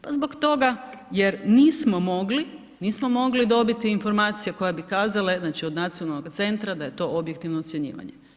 Pa zbog toga jer nismo mogli, nismo mogli dobiti informacije koje bi kazale, znači od nacionalnoga centra da je to objektivno ocjenjivanje.